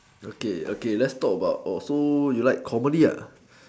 okay okay let's talk about so you like comedy lah